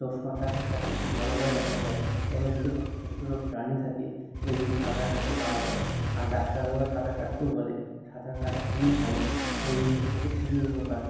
চশমা থাকলে সব কিছু ভালোভাবে দেখা যায় জলের ভিতরে কত ছোট ছোট প্রাণী থাকে যেগুলো সাঁতার কাটলে পাওয়া যায় আর ডাক্তারবাবুরা সাঁতার কাটতেও বলে সাঁতার কাটা খুবই ভালো শরীরের পক্ষে খুবই উপকার